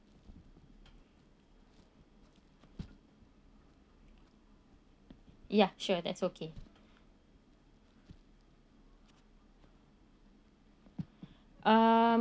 ya sure that's okay um